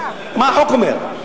מה החוק אומר?